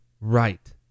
Right